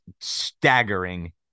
staggering